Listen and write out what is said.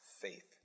faith